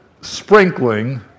sprinkling